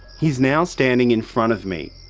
he's now standing in front of me,